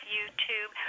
YouTube